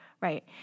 right